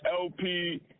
LP